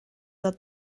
ddod